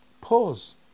Pause